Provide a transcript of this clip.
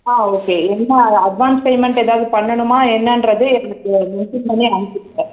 ஆ okay என்ன advance payment ஏதாவது பண்ணணுமா என்னென்றது எனக்கு மென்ஷன் பண்ணி அனுப்பிவிடுங்க